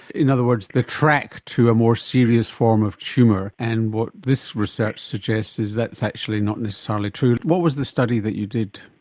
in other words, the track to a more serious form of tumour. and what this research suggests is that's actually not necessarily true. what was the study that you did?